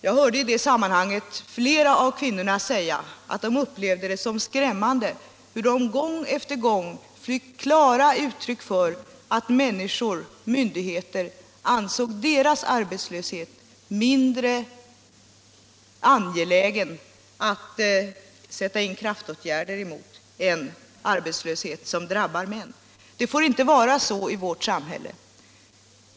Jag hörde i det sammanhanget flera av kvinnorna säga att de upplevde det som skrämmande att de gång på gång fick klara uttryck för att människor-myndigheter ansåg deras arbetslöshet mindre angelägen att sätta in kraftåtgärder mot än arbetslöshet som drabbar män. Det får inte vara så i vårt samhälle!